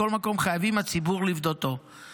מכל מקום חייבים הציבור לפדותו,